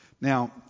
Now